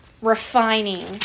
refining